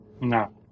No